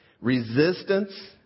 resistance